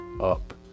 up